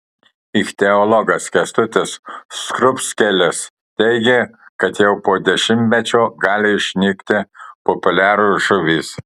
ichtiologas kęstutis skrupskelis teigė kad jau po dešimtmečio gali išnykti populiarios žuvys